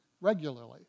regularly